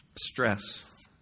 Stress